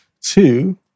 Two